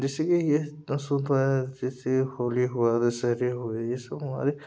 जैसेकि यह जैसे होली हुआ दशहरे हुए यह सब हमारे